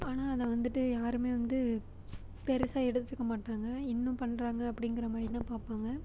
ஆனால் அதை வந்துட்டு யாருமே வந்து பெருசாக எடுத்துக்க மாட்டாங்கள் இன்னும் பண்ணுறாங்க அப்படிங்கற மாதிரிதான் பார்ப்பாங்க